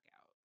out